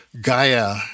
Gaia